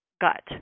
gut